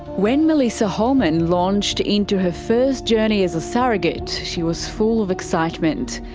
when melissa holman launched into her first journey as a surrogate, she was full of excitement.